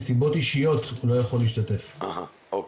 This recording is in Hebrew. מסיבות אישיות הוא לא יכול להשתתף בדיון.